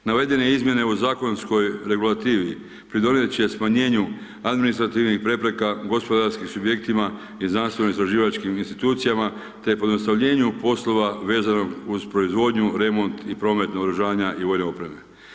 Navedene izmjene u zakonskoj regulativi, pridodati će smanjenju administrativnih prepreka, u gospodarskim subjektima i znanstveno istraživačkih insinuacijama te pojednostavljenju poslova vezano uz proizvodnju remont i promet naoružanja i vojne opreme.